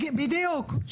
בדיוק.